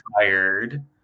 tired